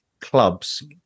clubs